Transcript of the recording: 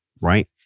right